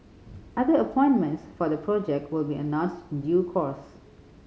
other appointments for the project will be announced in due course